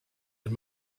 and